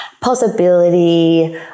possibility